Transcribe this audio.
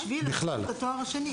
בשביל ללמוד תואר שני.